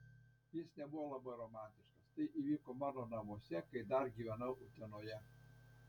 jis nebuvo labai romantiškas tai įvyko mano namuose kai dar gyvenau utenoje